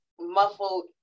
muffled